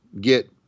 get